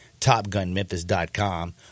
TopGunMemphis.com